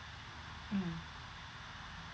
mm